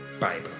Bible